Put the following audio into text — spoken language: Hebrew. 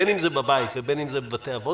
בין אם זה בבית ובין אם זה בבתי אבות